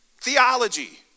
Theology